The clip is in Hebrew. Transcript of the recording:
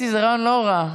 האמת היא שזה רעיון לא רע,